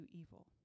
evil